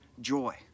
joy